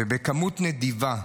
ובכמות נדיבה.